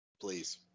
Please